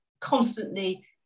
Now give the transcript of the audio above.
constantly